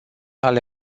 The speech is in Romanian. ale